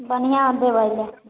बढ़िआँ देबै